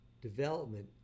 development